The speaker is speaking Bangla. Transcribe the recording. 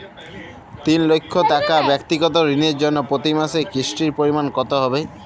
তিন লক্ষ টাকা ব্যাক্তিগত ঋণের জন্য প্রতি মাসে কিস্তির পরিমাণ কত হবে?